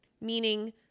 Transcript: meaning